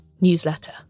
newsletter